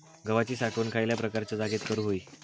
गव्हाची साठवण खयल्या प्रकारच्या जागेत करू होई?